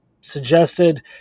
suggested